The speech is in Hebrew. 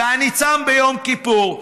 ואני צם ביום כיפור,